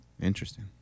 Interesting